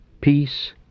Peace